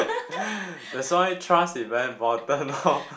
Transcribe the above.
that's why trust is very important orh